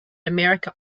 america